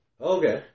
Okay